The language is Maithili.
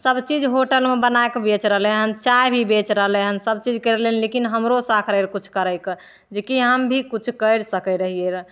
सबचीज होटलमे बनैके बेचि रहलै हँ चाइ भी बेचि रहलै हँ सबचीज करि लै लेकिन हमरो सौख रहै किछु करैके जकि हम भी किछु करि सकै रहिए रहै